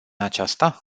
aceasta